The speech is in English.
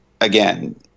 again